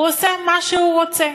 הוא עושה מה שהוא רוצה.